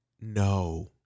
No